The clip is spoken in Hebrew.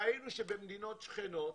ראינו שבמדינות שכנות,